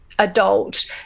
adult